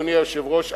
אדוני היושב-ראש,